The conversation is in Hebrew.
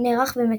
שנערך במקסיקו.